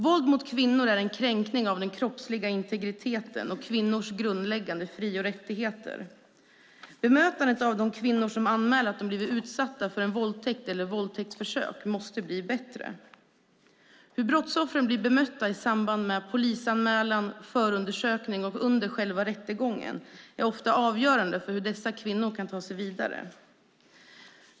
Våld mot kvinnor är en kränkning av den kroppsliga integriteten och av kvinnors grundläggande fri och rättigheter. Bemötandet av de kvinnor som anmäler att de blivit utsatta för en våldtäkt eller ett våldtäktsförsök måste bli bättre. Hur brottsoffren blir bemötta i samband med polisanmälan, förundersökning och under själva rättegången är ofta avgörande för hur dessa kvinnor kan ta sig vidare.